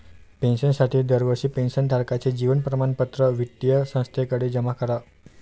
पेन्शनसाठी दरवर्षी पेन्शन धारकाचे जीवन प्रमाणपत्र वित्तीय संस्थेकडे जमा करा